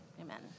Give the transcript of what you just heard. Amen